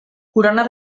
corona